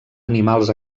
animals